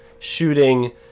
shooting